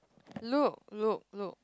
look look look